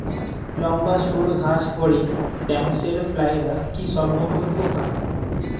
লম্বা সুড় ঘাসফড়িং ড্যামসেল ফ্লাইরা কি সব বন্ধুর পোকা?